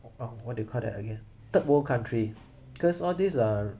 what do you call that again third world country because all these uh